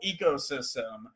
ecosystem